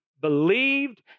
believed